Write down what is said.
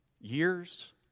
Years